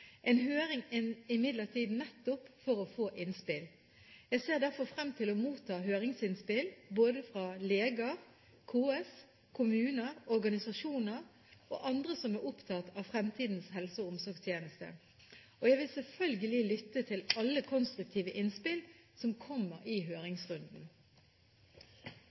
En høring er imidlertid nettopp for å få innspill. Jeg ser derfor frem til å motta høringsinnspill fra både leger, KS, kommuner, organisasjoner og andre som er opptatt av fremtidens helse- og omsorgstjeneste. Jeg vil selvfølgelig lytte til alle konstruktive innspill som kommer i høringsrunden.